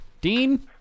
Dean